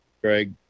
Greg